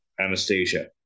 Anastasia